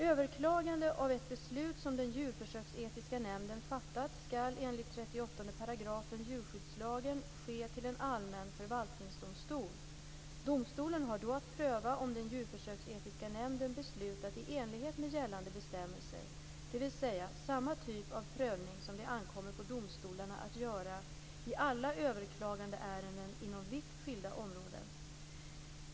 Överklagande av ett beslut som den djurförsöksetiska nämnden har fattat skall enligt 38 § djurskyddslagen ske till en allmän förvaltningsdomstol. Domstolen har då att pröva om den djuförsöksetiska nämnden beslutat i enlighet med gällande bestämmelser, dvs. samma typ av prövning som det ankommer på domstolarna att göra i alla överklagandeärenden inom vitt skilda områden.